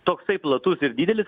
toksai platus ir didelis